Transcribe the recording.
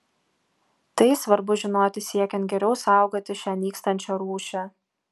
tai svarbu žinoti siekiant geriau saugoti šią nykstančią rūšį